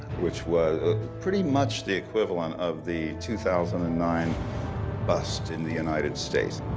which was pretty much the equivalent of the two thousand and nine bust in the united states,